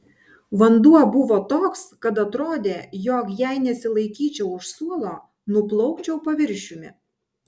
vanduo buvo toks kad atrodė jog jei nesilaikyčiau už suolo nuplaukčiau paviršiumi